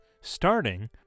Starting